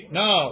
no